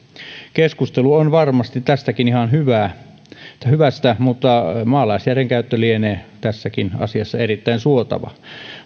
keskustelu on varmasti tästäkin ihan hyvästä mutta maalaisjärjen käyttö lienee tässäkin asiassa erittäin suotavaa